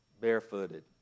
Barefooted